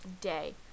day